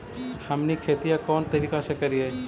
हमनी खेतीया कोन तरीका से करीय?